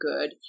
good